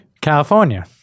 California